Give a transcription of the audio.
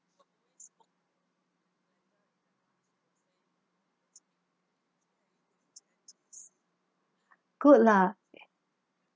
good lah